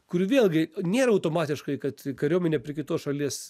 kuri vėlgi nėra automatiškai kad kariuomenė prie kitos šalies